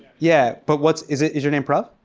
yeah, but what's is ah is your name prav?